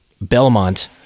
Belmont